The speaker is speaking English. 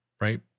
right